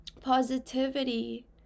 positivity